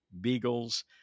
beagles